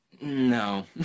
No